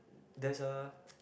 there's a